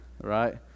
right